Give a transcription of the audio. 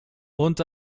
und